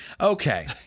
Okay